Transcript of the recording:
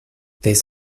this